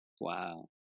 Wow